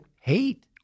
hate